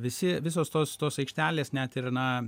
visi visos tos tos aikštelės net ir na